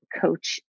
coach